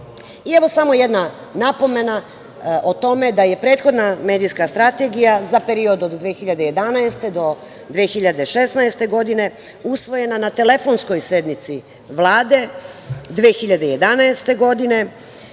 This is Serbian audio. samo jedna napomena o tome da je prethodna medijska strategija za period od 2011. do 2016. godine usvojena na telefonskoj sednici Vlade 2011. godine,